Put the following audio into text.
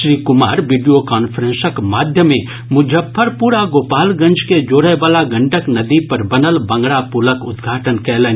Shri Kumar video कांफ्रेंसक माध्यमे मुजफ्फरपुर आ गोपालगंज के जोड़य वला गंडक नदी पर बनल बंगरा पुलक उद्घाटन कयलनि